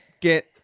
get